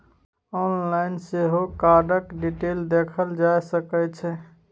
online सेहो कार्डक detail देखल जा सकै छै